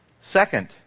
Second